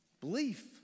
Belief